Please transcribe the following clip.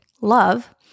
love